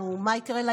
מה יקרה למדינה שלנו,